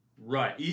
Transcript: Right